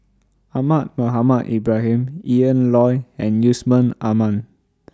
Ahmad Mohamed Ibrahim Ian Loy and Yusman Aman